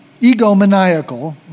egomaniacal